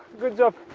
good job!